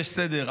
יש סדר.